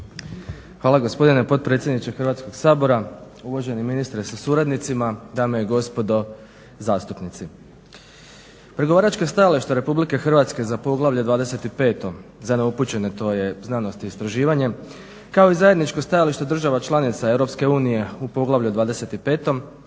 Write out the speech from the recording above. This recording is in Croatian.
Hvala gospodine potpredsjedniče Hrvatskog sabora. Uvaženi ministre sa suradnicima, dame i gospodo zastupnici. Pregovaračko stajalište RH za poglavlje 25, za neupućene to je Znanost i istraživanje kao i zajedničko stajališta država članica EU u poglavlju